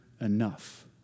enough